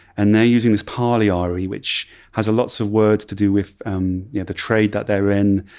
and they're using this parlyaree, which has lots of words to do with um yeah the trade that they're in,